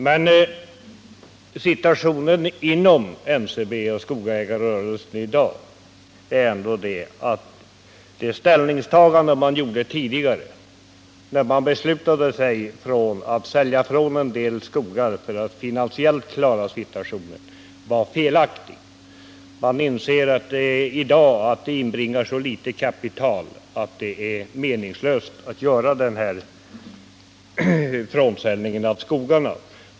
Men situationen inom NCB och skogsägarrörelsen är i dag ändå att man inser att det ställningstagande man gjorde när man beslutade sig för att sälja av en del skogar för att klara situationen finansiellt var felaktigt. Det inbringar så litet kapital att det är meningslöst att göra denna avsäljning av skogarna.